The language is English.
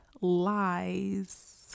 lies